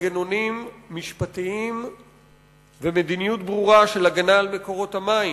מנגנונים משפטיים ומדיניות ברורה של הגנה על מקורות המים,